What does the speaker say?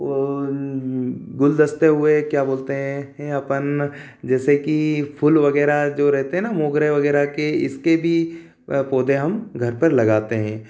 ऊऊऊऊ गुलदस्ते हुए क्या बोलते हैं अपन जैसे कि फूल वगैरह जो रहते हैं न मोंगरे वगैरह के इसके भी पौधे हम घर पर लगाते हैं